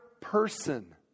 person